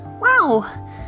Wow